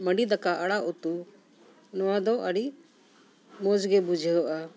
ᱢᱟᱹᱰᱤ ᱫᱟᱠᱟ ᱟᱲᱟᱜ ᱩᱛᱩ ᱱᱚᱣᱟ ᱫᱚ ᱟᱹᱰᱤ ᱢᱚᱡᱽ ᱜᱮ ᱵᱩᱡᱷᱟᱹᱜᱼᱟ